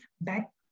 back